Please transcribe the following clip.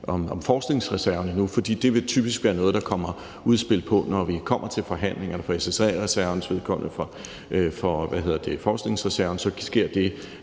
om forskningsreserven, for det vil typisk være noget, der kommer udspil om, når vi kommer til forhandlingerne. For SSA-reservens vedkommende og for forskningsreservens vedkommende